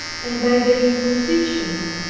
and by the inquisition.